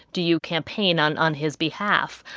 do you campaign on on his behalf?